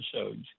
episodes